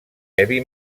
heavy